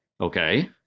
okay